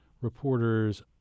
reporters